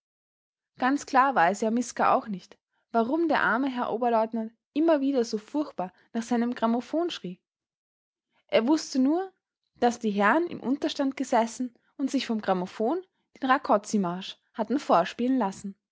ganz klar war es ja miska auch nicht warum der arme herr oberleutnant immer wieder so furchtbar nach seinem grammophon schrie er wußte nur daß die herren im unterstand gesessen und sich vom grammophon den rakoczymarsch hatten vorspielen lassen